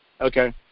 Okay